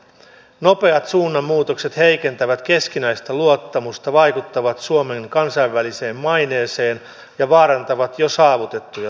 nopeat suunnanmuutokset heikentävät keskinäistä luottamusta vaikuttavat suomen kansainväliseen maineeseen ja vaarantavat jo saavutettuja tuloksia